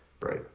Right